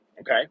okay